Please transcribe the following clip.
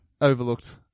overlooked